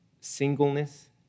singleness